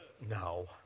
No